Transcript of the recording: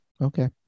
Okay